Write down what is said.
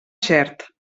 xert